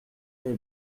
les